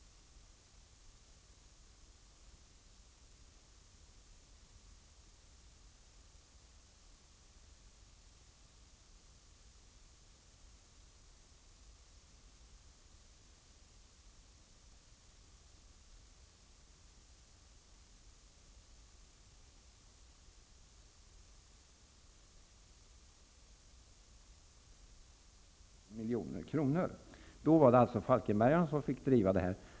År 1886 När banan en gång byggdes skedde det till en kostnad av 3 milj.kr. Då var det falkenbergarna som fick driva frågan.